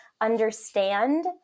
understand